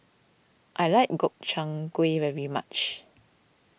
I like Gobchang Gui very much